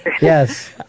Yes